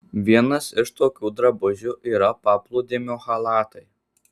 vienas iš tokių drabužių yra paplūdimio chalatai